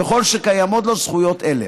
ככל שקיימות לו זכויות אלה.